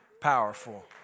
powerful